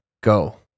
go